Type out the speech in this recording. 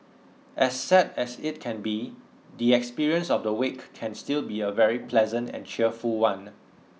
as sad as it can be the experience of the wake can still be a very pleasant and cheerful one